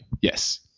Yes